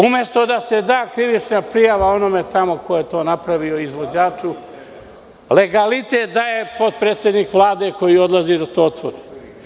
Umesto da se da krivična prijava onome tamo ko je to napravio, izvođaču, a legalitet daje potpredsednik Vlade koji odlazi da to otvori.